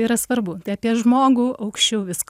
yra svarbu apie žmogų aukščiau visko